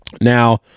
Now